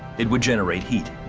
it would generate heat.